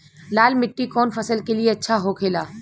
लाल मिट्टी कौन फसल के लिए अच्छा होखे ला?